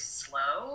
slow